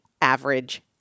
average